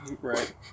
Right